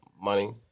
money